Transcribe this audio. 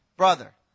Brother